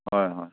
ꯍꯣꯏ ꯍꯣꯏ